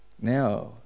Now